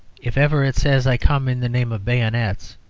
if ever it says, i come in the name of bayonets,